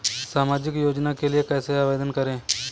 सामाजिक योजना के लिए कैसे आवेदन करें?